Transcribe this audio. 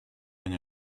been